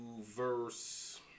verse